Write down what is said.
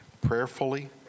prayerfully